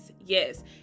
Yes